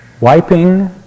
wiping